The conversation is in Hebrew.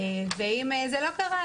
ואם זה לא קרה,